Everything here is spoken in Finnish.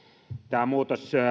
tämä muutos